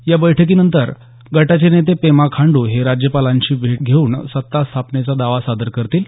या बैठकीनंतर गटाचे नेते पेमा खांडू हे राज्यपालांची भेट घेऊन सत्ता स्थापनेचा दावा सादर करतील